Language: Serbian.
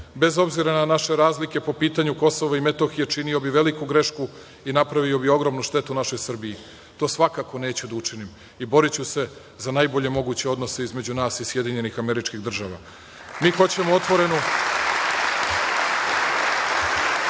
bez obzira na naše razlike po pitanju Kosova i Metohije, činio bi veliku grešku i napravio bi ogromnu štetu našoj Srbiji. To svakako neću da učinim i boriću se za najbolje moguće odnose između nas i SAD.Mi hoćemo otvorenu,